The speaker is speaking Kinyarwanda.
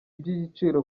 iby’igiciro